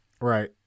Right